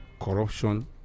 corruption